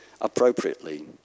appropriately